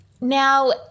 Now